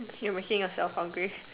your making yourself hungry